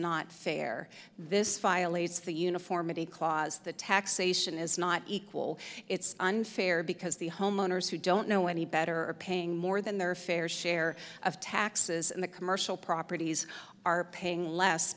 not fair this violates the uniformity clause the taxation is not equal it's unfair because the homeowners who don't know any better are paying more than their fair share of taxes and the commercial properties are paying less